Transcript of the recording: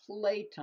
playtime